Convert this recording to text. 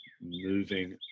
moving